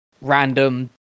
random